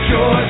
Joy